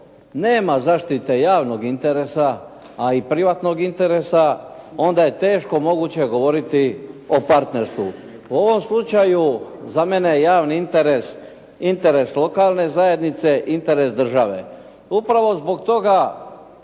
nema zaštite javnog interesa, a i privatnog interesa onda je teško moguće govoriti o partnerstvu. U ovom slučaju za mene je javni interes interes lokalne zajednice i interes države. Upravo zbog toga